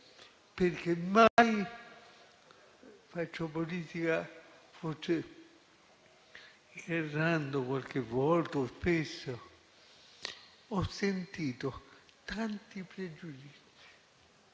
perché mai - faccio politica forse errando, qualche volta o spesso - ho sentito tanti pregiudizi,